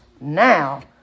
Now